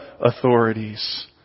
authorities